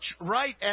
right